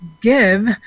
give